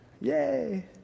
Yay